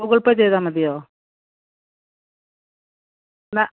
Google Pay ചെയ്താൽ മതിയോ ആ